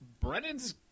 Brennan's